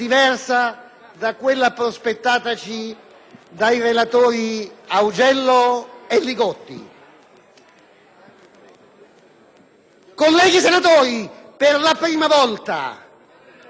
dai relatori Augello e Li Gotti. Colleghi senatori, per la prima volta nella storia d'Italia...